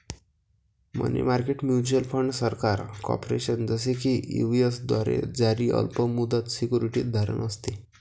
मनी market mutual fund सरकार, corporation, जसे की यू.एस द्वारे जारी अल्प मुदत सिक्युरिटीज धारण असते